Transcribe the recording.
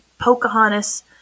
Pocahontas